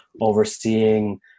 overseeing